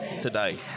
today